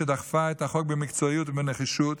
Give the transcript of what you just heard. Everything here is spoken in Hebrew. שדחפה את החוק במקצועיות ובנחישות,